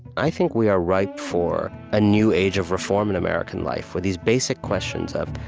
i think we are ripe for a new age of reform in american life, where these basic questions of,